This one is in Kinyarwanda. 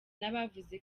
n’abavuga